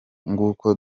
nguko